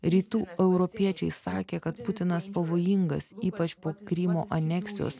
rytų europiečiai sakė kad putinas pavojingas ypač po krymo aneksijos